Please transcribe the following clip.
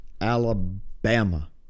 Alabama